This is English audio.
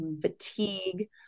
fatigue